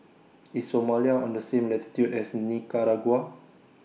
IS Somalia on The same latitude as Nicaragua